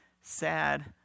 sad